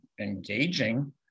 engaging